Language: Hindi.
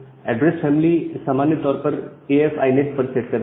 एड्रेस फैमिली सामान्य तौर पर एएफ आईनेट AF NET पर सेट करते हैं